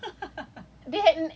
no but they had a